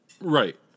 Right